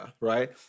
right